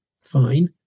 fine